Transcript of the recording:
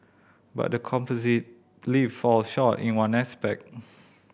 but the composite lift falls short in one aspect